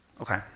Okay